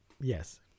Yes